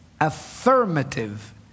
affirmative